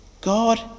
God